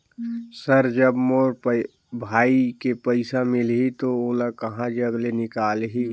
Sir जब मोर भाई के पइसा मिलही तो ओला कहा जग ले निकालिही?